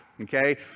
Okay